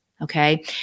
Okay